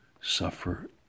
suffer